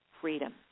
freedom